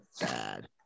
bad